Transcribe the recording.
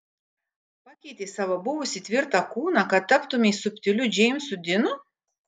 pakeitei savo buvusį tvirtą kūną kad taptumei subtiliu džeimsu dinu